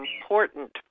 important